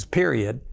period